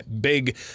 big